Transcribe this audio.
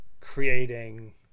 creating